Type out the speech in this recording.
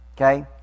Okay